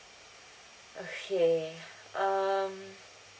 okay um